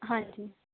ਹਾਂਜੀ